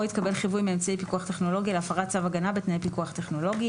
או התקבל חיווי מאמצעי פיקוח אלקטרוני על הפרת צו בתנאי פיקוח טכנולוגי";